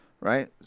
right